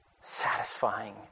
satisfying